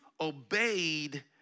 obeyed